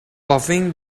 puffing